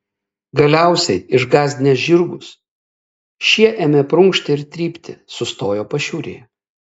galiausiai išgąsdinęs žirgus šie ėmė prunkšti ir trypti sustojo pašiūrėje